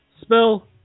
spell